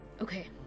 Okay